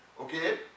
Okay